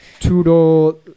Tudo